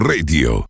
Radio